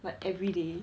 like everyday